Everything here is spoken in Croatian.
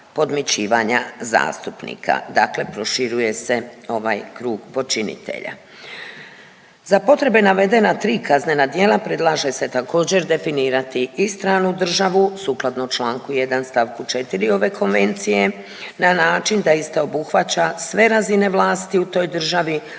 podmićivanja zastupnika, dakle proširuje se ovaj krug počinitelja. Za potrebe navedena 3 kaznena djela predlaže se također, definirati i stranu državu sukladno čl. 1 st. 1 ove Konvencije na način da ista obuhvaća sve razine vlasti u toj državi, od